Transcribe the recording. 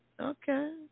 Okay